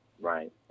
Right